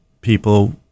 people